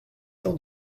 temps